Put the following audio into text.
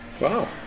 Wow